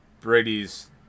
Brady's